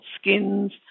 Skins